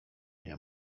nie